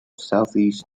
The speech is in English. southeast